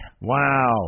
Wow